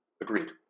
Agreed